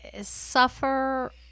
suffer